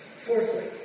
Fourthly